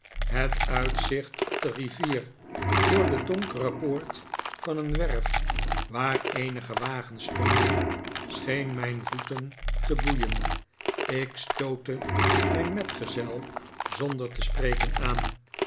het uitzicht op de rivier door de donkere poort van een wrf waar eenige wagens stonden scheen mijn voeten te boeien ik stootte mijn metgezel zonder te spreken aan